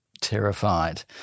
Terrified